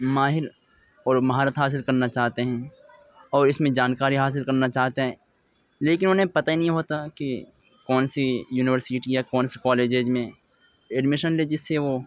ماہر اور مہارت حاصل کرنا چاہتے ہیں اور اس میں جانکاری حاصل کرنا چاہتے ہیں لیکن انہیں پتہ ہی نہیں ہوتا کہ کون سی یونیورسٹی یا کون سی کالجج میں ایڈمیشن لے جس سے وہ